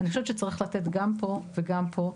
אני חושבת שצריך לתת גם פה וגם פה,